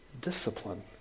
discipline